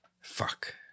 Fuck